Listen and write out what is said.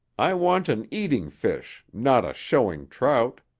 i want an eating fish, not a showing trout.